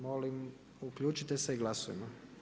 Molim uključite se i glasujmo.